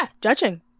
judging